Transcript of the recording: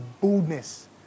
boldness